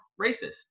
racist